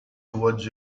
toward